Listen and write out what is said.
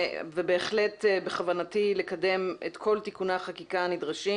בהחלט בכוונתי לקדם את כל תיקוני החקיקה הנדרשים